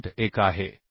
1 आहे